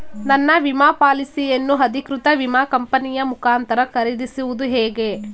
ನನ್ನ ವಿಮಾ ಪಾಲಿಸಿಯನ್ನು ಅಧಿಕೃತ ವಿಮಾ ಕಂಪನಿಯ ಮುಖಾಂತರ ಖರೀದಿಸುವುದು ಹೇಗೆ?